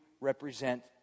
represent